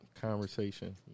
conversation